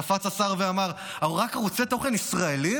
קפץ השר ואמר: רק ערוצי תוכן ישראליים?